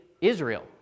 Israel